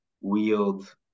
wield